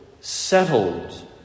settled